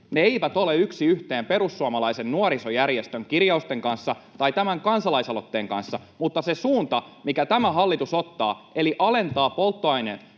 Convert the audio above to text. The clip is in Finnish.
ne eivät ole yksi yhteen perussuomalaisen nuorisojärjestön kirjausten kanssa tai tämän kansalais-aloitteen kanssa. Mutta se suunta, minkä tämä hallitus ottaa — eli alentaa polttoaineverotusta